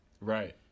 Right